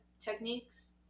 techniques